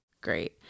great